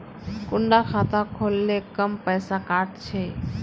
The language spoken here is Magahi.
कुंडा खाता खोल ले कम पैसा काट छे?